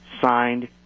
signed